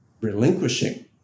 relinquishing